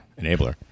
enabler